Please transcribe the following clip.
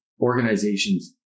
organizations